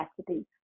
capacity